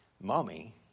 Mommy